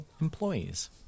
employees